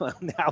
Now